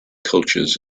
cultures